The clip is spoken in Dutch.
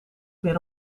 meer